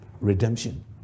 redemption